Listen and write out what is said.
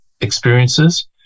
experiences